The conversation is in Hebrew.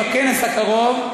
בכנס הקרוב,